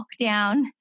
lockdown